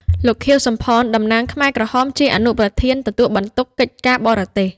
លោក ខៀវ សំផន តំណាងខ្មែរក្រហម ជាអនុប្រធានទទួលបន្ទុកកិច្ចការបរទេស។